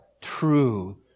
true